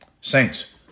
Saints